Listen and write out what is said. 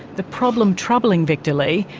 the problem troubling victor lee,